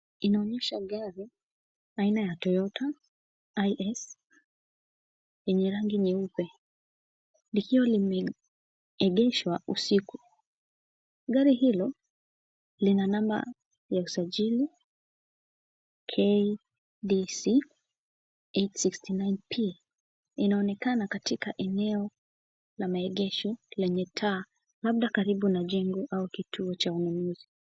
Inaonyesha gari aina ya Toyota IS yenye rangi nyeupe likiwa limeegeshwa usiku. Gari hilo lina namba ya usajili KDC 869P. Inaonekana katika eneo la maegesho lenye taa, labda karibu na jengo au kituo cha ununuzi.